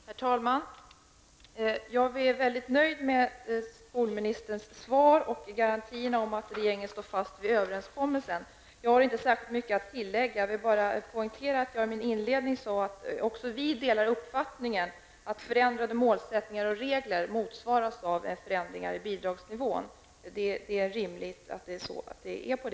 Herr talman! Jag är väldigt nöjd med skolministerns svar och garantierna om att regeringen står fast vid överenskommelsen. Jag har inte särskilt mycket att tillägga. Jag vill bara poängtera att jag i min inledning sade att också vi delar uppfattningen att förändrade målsättningar och regler motsvaras av förändringar i bidragsnivån. Naturligtvis måste det vara så.